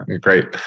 great